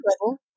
level